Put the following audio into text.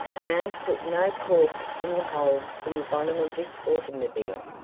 i ain't put no corks in the holes in the bottom of this autymobile.